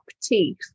teeth